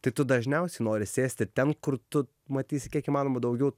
tai dažniausiai nori sėsti ten kur tu matysi kiek įmanoma daugiau